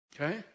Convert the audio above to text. Okay